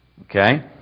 Okay